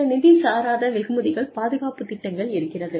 சில நிதி சாராத வெகுமதிகள் பாதுகாப்பு திட்டங்கள் இருக்கிறது